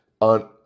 on